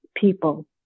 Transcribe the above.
people